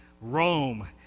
Rome